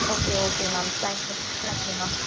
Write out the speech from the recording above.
okay okay ma'am thank you thank you ma'am